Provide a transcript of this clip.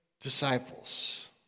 disciples